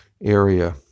area